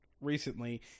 recently